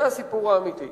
זה הסיפור האמיתי.